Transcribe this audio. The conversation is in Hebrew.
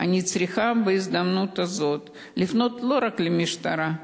אני צריכה בהזדמנות הזאת לפנות לא רק למשטרה,